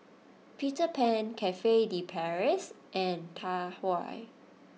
Peter Pan Cafe De Paris and Tai Hua